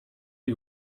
you